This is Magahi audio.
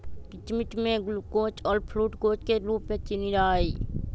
किशमिश में ग्लूकोज और फ्रुक्टोज के रूप में चीनी रहा हई